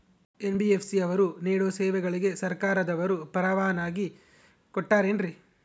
NBFC ಅವರು ನೇಡೋ ಸೇವೆಗಳಿಗೆ ಸರ್ಕಾರದವರು ಪರವಾನಗಿ ಕೊಟ್ಟಾರೇನ್ರಿ?